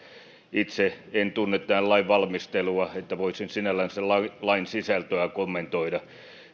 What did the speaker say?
itse en tunne tämän lain valmistelua niin että voisin sinällään sen lain sisältöä kommentoida